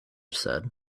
said